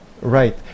right